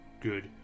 Good